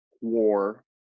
war